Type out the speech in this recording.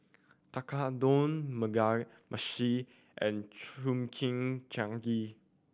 Tekkadon Mugi Meshi and Chimichangas